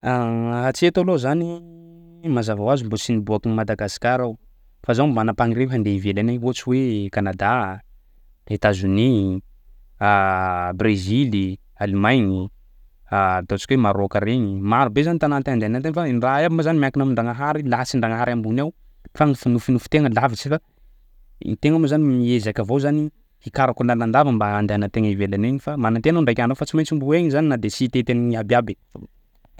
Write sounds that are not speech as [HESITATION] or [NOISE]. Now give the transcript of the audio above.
[HESITATION] Hatreto aloha zany mazava hoazy mbo tsy niboaky an'i Madagasikara aho fa zaho magnam-pagniria handeha ivelany agny ohatsy hoe Kanada, Etazonia, [HESITATION] Brezily, Alemaigny, [HESITATION] ataontsika hoe Marôka regny, marobe zany tanà tia andehanan'ny tena fa ny raha iaby moa zany miankina amin-dragnahary lahatsin-dragnahary ambony ao, fa ny f- nofinofin-tena lavitsy fa ny tegna moa zany miezaka avao zany hikaroka lalandava mba andehanan-tegna ivelany agny fa manatena aho ndraiky andro any fa tsy maintsy mbo ho egny zany na de tsy hitety an'ny iabiaby.